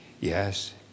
Yes